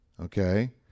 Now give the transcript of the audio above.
okay